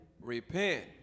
Repent